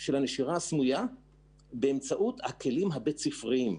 של הנשירה הסמויה בצורה ממוחשבת באמצעות הכלים הבית ספריים.